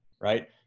right